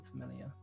familiar